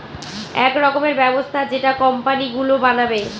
এক রকমের ব্যবস্থা যেটা কোম্পানি গুলো বানাবে